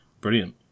brilliant